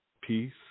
peace